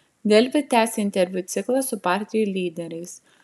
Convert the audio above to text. delfi tęsia interviu ciklą su partijų lyderiais